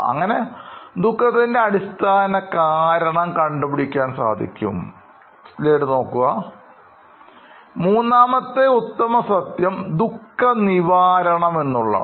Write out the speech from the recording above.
അങ്ങനെ ദുഃഖത്തിന് അടിസ്ഥാന കാരണം കണ്ടുപിടിക്കാൻ സാധിക്കും മൂന്നാമത്തെഉത്തമസത്യംദുഃഖനിവാരണംഎന്നുള്ളതാണ്